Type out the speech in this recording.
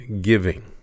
giving